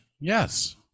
Yes